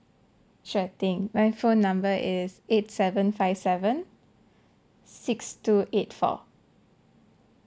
sure thing my phone number is eight seven five seven six two eight four